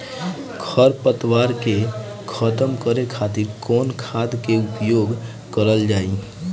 खर पतवार के खतम करे खातिर कवन खाद के उपयोग करल जाई?